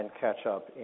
catch-up